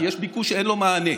כי יש ביקוש שאין לו מענה,